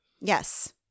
Yes